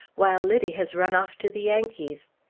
while liddy has run off to the yankees.